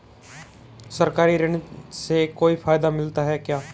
सरकारी ऋण से कोई फायदा मिलता है क्या?